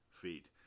feet